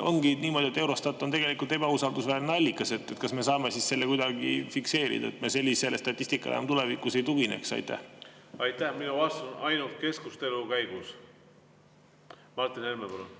ongi niimoodi, et Eurostat on tegelikult ebausaldusväärne allikas? Kas me saame selle siis kuidagi fikseerida, et me sellisele statistikale enam tulevikus ei tugineks? Aitäh! Minu vastus on: ainult keskustelu käigus. Martin Helme, palun!